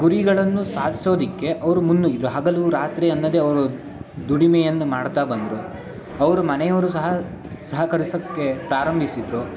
ಗುರಿಗಳನ್ನು ಸಾಧ್ಸೋದಕ್ಕೆ ಅವರು ಮುನ್ನುಗ್ಗಿದರು ಹಗಲು ರಾತ್ರಿ ಅನ್ನದೇ ಅವರು ದುಡಿಮೆಯನ್ನು ಮಾಡ್ತಾ ಬಂದರು ಅವ್ರ ಮನೆಯವರೂ ಸಹ ಸಹಕರಿಸೋಕ್ಕೆ ಪ್ರಾರಂಭಿಸಿದರು